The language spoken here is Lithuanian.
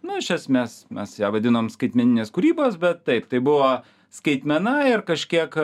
nu iš esmės mes ją vadinom skaitmeninės kūrybos bet taip tai buvo skaitmena ir kažkiek